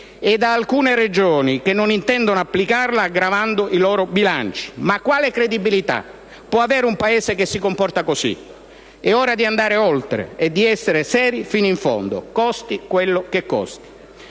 e da alcune Regioni che non intendono applicarla aggravando i loro bilanci. Ma quale credibilità può avere un Paese che si comporta così? È ora di andare oltre e di essere seri fino in fondo, costi quello che costi.